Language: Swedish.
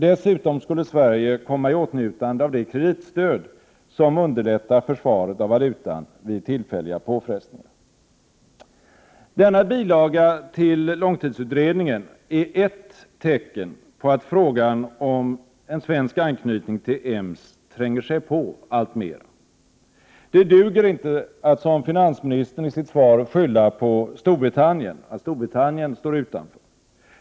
Dessutom skulle Sverige komma i åtnjutande av det kreditstöd som underlättar försvaret av valutan vid tillfälliga påfrestningar. Denna bilaga till långtidsutredningen är ett tecken på att frågan om en svensk anknytning till EMS tränger sig på alltmera. Det duger inte att som finansministern gör i sitt svar skylla på att Storbritannien står utanför.